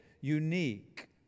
unique